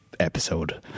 Episode